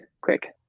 quick